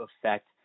affect